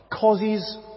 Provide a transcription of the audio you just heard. causes